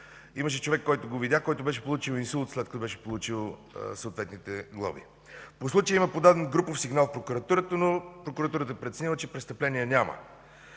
Имаше човек, който видях – беше получил инсулт, след като беше получил съответните глоби. По случая има подаден групов сигнал в Прокуратурата, но Прокуратурата е преценила, че престъпление няма.